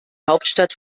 hauptstadt